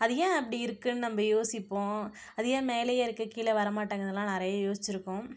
அது ஏன் அப்படி இருக்குதுன்னு நம்ப யோசிப்போம் அது ஏன் மேலேயே இருக்குது கீழே வரமாட்டங்கிதுலாம் நிறைய யோசிச்சிருக்கோம்